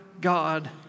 God